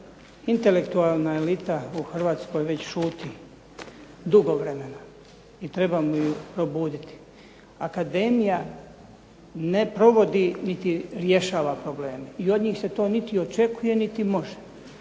intelektualna elita u Hrvatskoj već šuti dugo vremena i trebamo je probuditi. Akademija ne provodi niti rješava probleme i od njih se to niti očekuje, niti može.